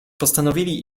postanowili